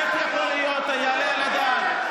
איך יכול להיות, היעלה על הדעת?